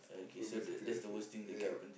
so basically that's it ya